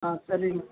ஆ சரிங்க